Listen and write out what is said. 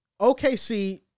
OKC